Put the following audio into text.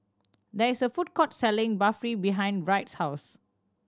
there is a food court selling Barfi behind Wright's house